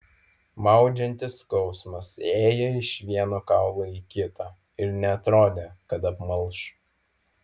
maudžiantis skausmas ėjo iš vieno kaulo į kitą ir neatrodė kad apmalš